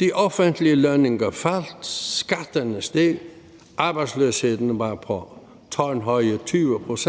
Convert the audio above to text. De offentlige lønninger faldt, skatterne steg, arbejdsløsheden var på tårnhøje 20 pct.,